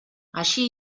així